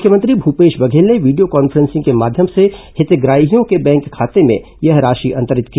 मुख्यमंत्री भूपेश बघेल ने video conferencing के माध्यम से हितग्रॉहियों के बैंक खाते में यह राशि अंतरित की